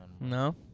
no